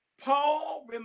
Paul